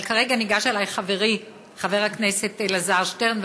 אבל כרגע ניגש אליי חברי חבר הכנסת אלעזר שטרן,